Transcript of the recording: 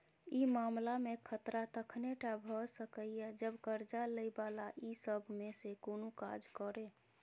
ई मामला में खतरा तखने टा भेय सकेए जब कर्जा लै बला ई सब में से कुनु काज करे